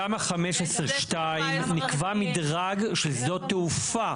בתמ"א 15(2) נקבע מדרג של שדות תעופה.